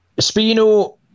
Espino